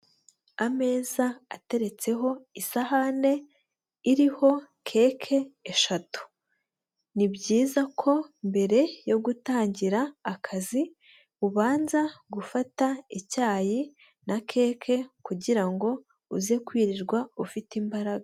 Ameza ateretseho isahane iriho cake eshatu, ni byiza ko mbere yo gutangira akazi ubanza gufata icyayi na cake kugirango uze kwirirwa ufite imbaraga.